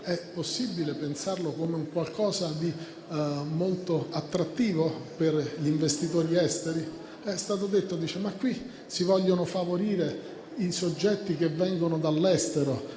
È possibile immaginare che questo sistema sia molto attrattivo per gli investitori esteri? È stato detto che qui si vogliono favorire i soggetti che vengono dall'estero